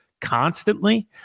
Constantly